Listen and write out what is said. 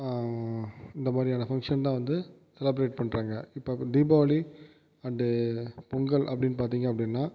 இந்த மாதிரியான ஃபங்ஷன் தான் வந்து செலப்ரேட் பண்ணுறாங்க இப்போ தீபாவளி அண்டு பொங்கல் அப்படினு பார்த்திங்க அப்படினா